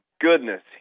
goodness